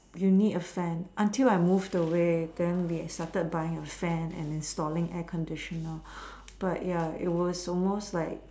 you need a fan until I moved away then we had started buying a fan and installing air conditioner but ya it was almost like